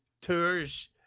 tours